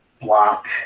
block